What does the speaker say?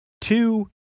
Two